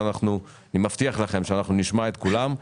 ואני מבטיח לכם שאנחנו נשמע את כולם.